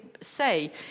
say